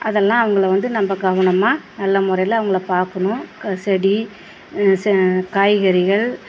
அதெல்லாம் அவங்கள வந்து நம்ம கவனமா நல்ல முறையில் அவங்கள பார்க்கணும் செடி செ காய்கறிகள்